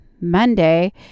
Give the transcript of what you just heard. monday